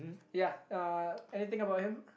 ya uh anything about him